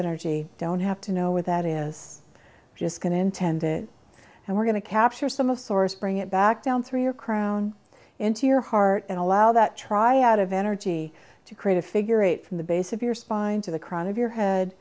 energy don't have to know what that is just going to intend it and we're going to capture some of source bring it back down through your crown into your heart and allow that try out of energy to create a figure eight from the base of your spine to the crown of your head